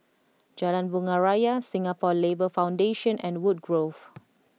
Jalan Bunga Raya Singapore Labour Foundation and Woodgrove